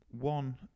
one